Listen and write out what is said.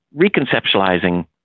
reconceptualizing